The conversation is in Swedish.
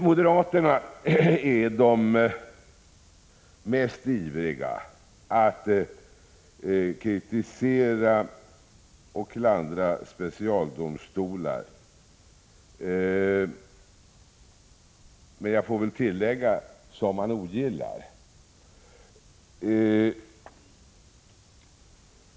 | Moderaterna är de mest ivriga att kritisera och klandra specialdomstolar — sådana som de ogillar, får jag väl tillägga.